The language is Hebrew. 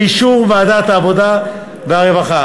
באישור ועדת העבודה והרווחה.